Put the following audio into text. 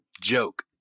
joke